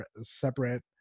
separate